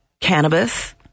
cannabis